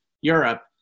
Europe